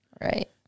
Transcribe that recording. Right